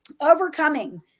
overcoming